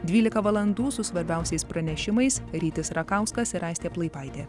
dvylika valandų su svarbiausiais pranešimais rytis rakauskas ir aistė plaipaitė